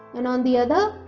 and on the other